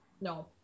no